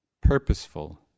purposeful